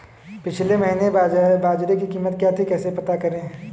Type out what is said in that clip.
पिछले महीने बाजरे की कीमत क्या थी कैसे पता करें?